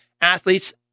athletes